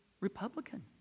Republican